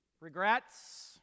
Regrets